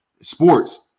sports